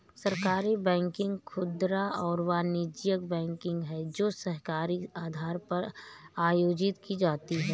सहकारी बैंकिंग खुदरा और वाणिज्यिक बैंकिंग है जो सहकारी आधार पर आयोजित की जाती है